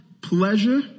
pleasure